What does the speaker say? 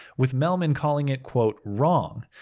with mehlman calling it, quote, wrong.